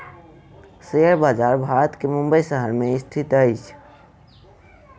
share बजार भारत के मुंबई शहर में स्थित अछि